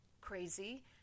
crazy